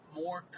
more